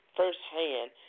firsthand